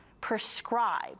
prescribe